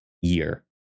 year